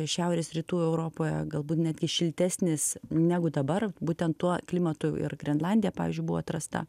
šiaurės rytų europoje galbūt netgi šiltesnis negu dabar būtent tuo klimatu ir grenlandija pavyzdžiui buvo atrasta